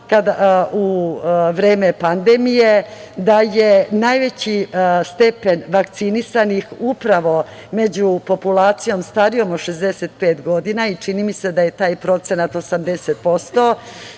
u vreme pandemije, da je najveći stepen vakcinisanih upravo među populacijom starijom od 65 godina i čini mi se da je taj procenat 80%.